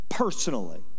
personally